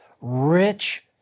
rich